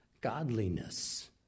godliness